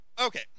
Okay